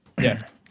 Yes